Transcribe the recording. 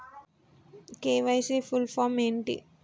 KYC full form ఏంటి?